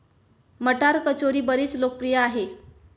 मटार कचोरी बरीच लोकप्रिय आहे